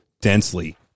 densely